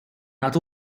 nad